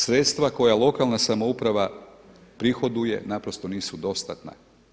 Sredstva koja lokalna samouprava prihoduje naprosto nisu dostatna.